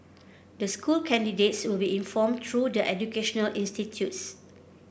the school candidates will be informed through the educational institutes